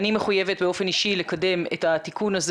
אני מחויבת באופן אישי לקדם את התיקון הזה